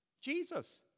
Jesus